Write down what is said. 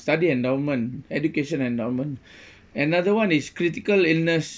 study endowment education endowment another one is critical illness